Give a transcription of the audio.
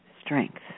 strength